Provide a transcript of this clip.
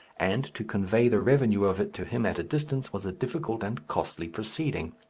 and to convey the revenue of it to him at a distance was a difficult and costly proceeding.